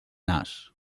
nas